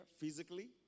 physically